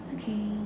okay